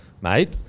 mate